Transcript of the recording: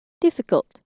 difficult